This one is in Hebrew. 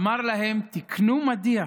אמר להם: תקנו מדיח.